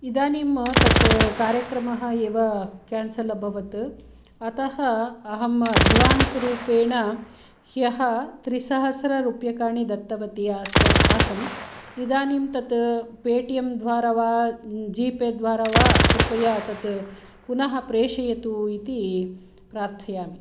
इदानीं तत् कार्यक्रमः एव केन्सल् अभवत् अतः अहं अड्वान्स् रूपेण ह्यः त्रिसहस्ररूप्यकाणि दत्तवती आसम् इदानीं तत् पे टी एम् द्वारा वा जी पे द्वारा वा कृपया तत् पुनः प्रेषयतु इति प्रार्थयामि